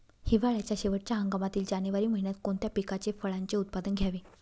हिवाळ्याच्या शेवटच्या हंगामातील जानेवारी महिन्यात कोणत्या पिकाचे, फळांचे उत्पादन घ्यावे?